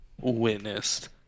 witnessed